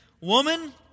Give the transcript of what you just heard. woman